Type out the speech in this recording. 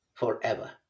forever